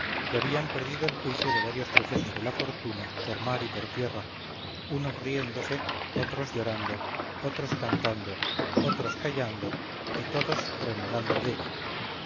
que habían perdido el juicio de varios sucesos de la fortuna por mar y por tierra unos riéndose otros llorando otros cantando otros callando y todos renegando della